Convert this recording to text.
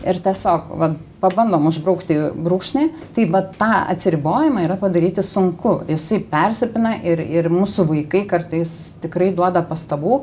ir tiesiog va pabandom užbraukti brūkšnį tai vat tą atsiribojimą yra padaryti sunku jisai persipina ir ir mūsų vaikai kartais tikrai duoda pastabų